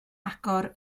agor